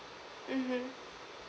mmhmm